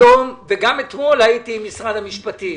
וגם אתמול הייתי עם משרד המשפטים.